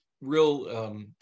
real